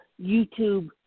YouTube